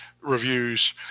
reviews